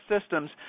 systems